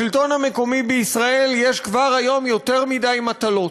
לשלטון המקומי בישראל יש כבר כיום יותר מדי מטלות.